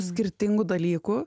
skirtingų dalykų